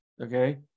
Okay